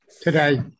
today